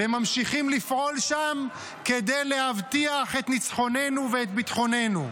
והם ממשיכים לפעול שם כדי להבטיח את ניצחוננו ואת ביטחוננו.